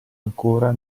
ancora